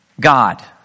God